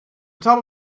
top